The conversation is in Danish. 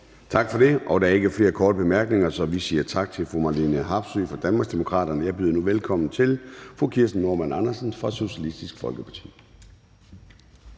Tak for det. Der er ikke flere korte bemærkninger, så vi siger tak til fru Marlene Harpsøe fra Danmarksdemokraterne. Jeg byder nu velkommen til fru Kirsten Normann Andersen fra Socialistisk Folkeparti.